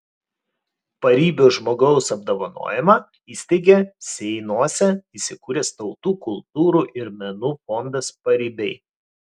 paribio žmogaus apdovanojimą įsteigė seinuose įsikūręs tautų kultūrų ir menų fondas paribiai